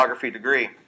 degree